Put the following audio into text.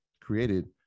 created